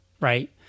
Right